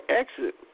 exit